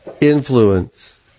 influence